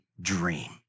dream